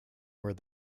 where